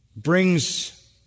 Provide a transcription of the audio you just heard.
brings